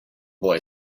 boy